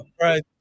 right